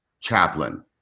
chaplain